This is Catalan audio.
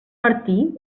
martí